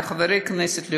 לחברי הכנסת,